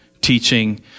teaching